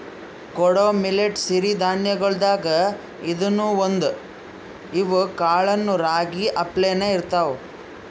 ಕೊಡೊ ಮಿಲ್ಲೆಟ್ ಸಿರಿ ಧಾನ್ಯಗೊಳ್ದಾಗ್ ಇದೂನು ಒಂದು, ಇವ್ ಕಾಳನೂ ರಾಗಿ ಅಪ್ಲೇನೇ ಇರ್ತಾವ